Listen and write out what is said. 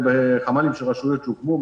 ובחמ"לים של רשויות שהוקמו,